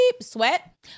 Sweat